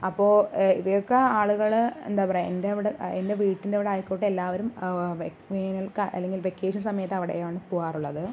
അപ്പോൾ ഇവയൊക്കെ ആളുകൾ എന്താ പറയുക എൻ്റെ അവിടെ എൻ്റെ വീടിൻ്റെ അവിടെ ആയിക്കോട്ടെ എല്ലാവരും വേനൽക്കാല അല്ലെങ്കിൽ വെക്കേഷൻ സമയത്ത് അവിടെയാണ് പോകാറുള്ളത്